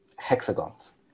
hexagons